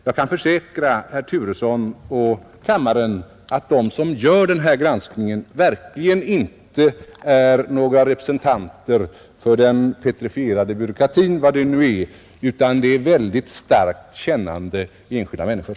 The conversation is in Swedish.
Jag kan försäkra herr Turesson och kammaren att de som gör denna granskning verkligen inte är några representanter för den petrifierade byråkratin, vad det nu är, utan det är mycket starkt kännande enskilda människor.